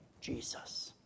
Jesus